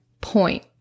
point